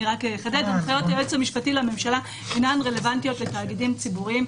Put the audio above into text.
הנחיות היועמ"ש לממשלה אינן רלוונטיות לתאגידים ציבוריים.